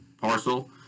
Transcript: parcel